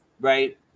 right